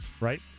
right